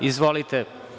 Izvolite.